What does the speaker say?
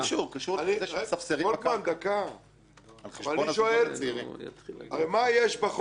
אני שואל, מה יש בחוק הזה